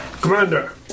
Commander